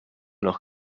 noch